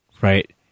right